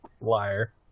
Liar